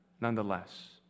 nonetheless